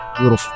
little